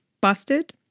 busted